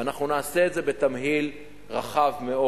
ואנחנו נעשה את זה בתמהיל רחב מאוד.